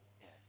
Yes